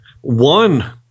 One